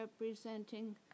representing